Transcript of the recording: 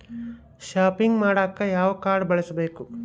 Shopping ಮಾಡಾಕ ಯಾವ card ಬಳಸಬೇಕು?